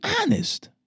honest